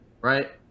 right